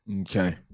Okay